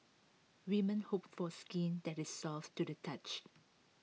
women hope for skin that is soft to the touch